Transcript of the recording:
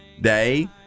day